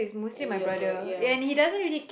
your bro ya